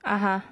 (uh huh)